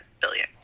billion